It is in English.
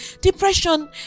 Depression